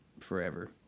forever